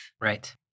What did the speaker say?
Right